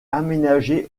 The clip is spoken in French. aménagé